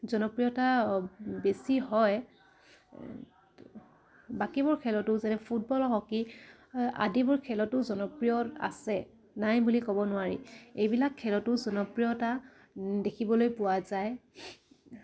জনপ্ৰিয়তা বেছি হয় বাকীবোৰ খেলতো যেনে ফুটবল হকী আদিবোৰ খেলতো জনপ্ৰিয় আছে নাই বুলি ক'ব নোৱাৰি এইবিলাক খেলতো জনপ্ৰিয়তা দেখিবলৈ পোৱা যায়